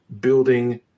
building